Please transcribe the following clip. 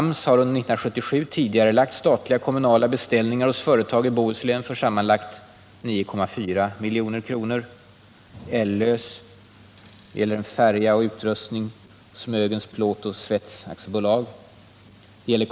AMS har under 1977 tidigarelagt statliga och kommunala beställningar hos företag i Bohuslän för sammanlagt 9,4 milj.kr. Exempel på statliga beställningar som tidigarelagts är beställningen av manskapsvagnar hos AB Intermittent, Ellös, och av en färja plus utrustning hos Smögens Plåt & Svets AB.